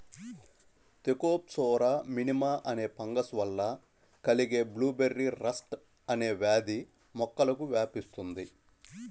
Thekopsora minima అనే fungus వల్ల కలిగే బ్లూబెర్రీ రస్ట్ అనే వ్యాధి మొక్కలకు వ్యాపిస్తుంది